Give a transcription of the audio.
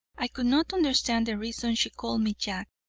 i could not understand the reason she called me jack.